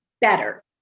better